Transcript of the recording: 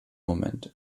moment